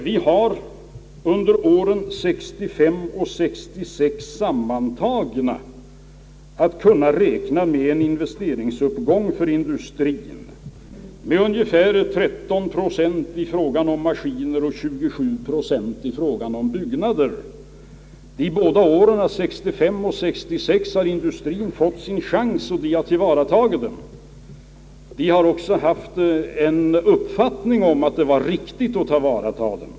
Vi kan under åren 1965 och 1966 sammantagna räkna med en investeringsuppgång för industrien med ungefär 13 procent när det gäller ma skiner och 27 procent när det gäller byggnader. De båda åren 1965 och 1966 har industrien fått sin chans, och industrien har tillvaratagit den. Industrien har också haft uppfattningen, att det var riktigt att tillvarata den.